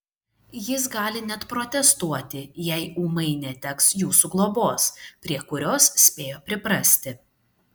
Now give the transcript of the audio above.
jis gali net protestuoti jei ūmai neteks jūsų globos prie kurios spėjo priprasti